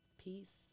peace